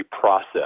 process